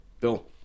Bill